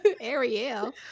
ariel